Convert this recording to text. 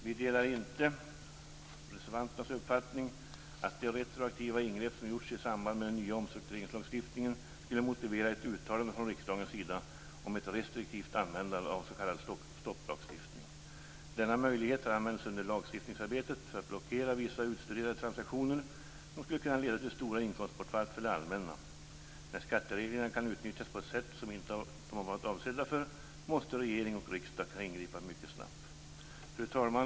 Vi delar inte reservanternas uppfattning att de retroaktiva ingrepp som har gjorts i samband med den nya omstruktureringslagstiftningen skulle motivera ett uttalande från riksdagens sida om ett restriktivt användande av s.k. stopplagstiftning. Denna möjlighet har använts under lagstiftningsarbetet för att blockera vissa utstuderade transaktioner som skulle kunna leda till stora inkomstbortfall för det allmänna. När skattereglerna kan utnyttjas på ett sätt som de inte har varit avsedda för måste regering och riksdag kunna ingripa mycket snabbt. Fru talman!